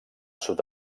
sud